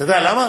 אתה יודע למה?